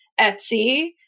Etsy